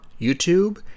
YouTube